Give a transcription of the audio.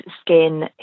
skin